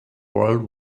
world